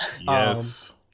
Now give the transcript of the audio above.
Yes